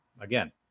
again